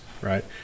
right